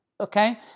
okay